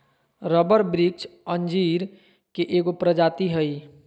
rubber वृक्ष अंजीर के एगो प्रजाति हइ